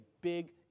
big